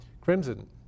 crimson